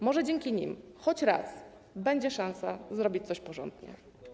Może dzięki nim choć raz będzie szansa zrobić coś porządnie.